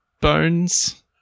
bones